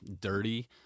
dirty